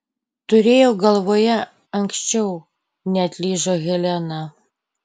turėjau galvoje anksčiau neatlyžo helena